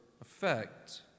Effect